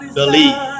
believe